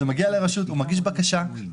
לרשות ומגיש בקשה מסודרת,